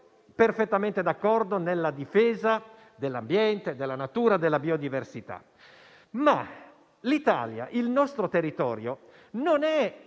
perfettamente d'accordo nella difesa dell'ambiente, della natura e della biodiversità, ma il nostro territorio non è